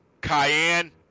cayenne